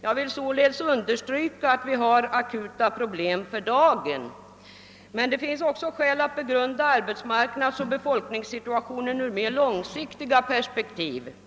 Jag vill således understryka att vi har akuta problem för dagen, men det finns också skäl att begrunda arbetsmarknadsoch befolkningssituationen ur mer långsiktiga perspektiv.